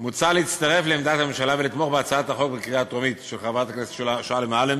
מוצע להצטרף לעמדת הממשלה ולתמוך בהצעת החוק של חברת הכנסת שולי מועלם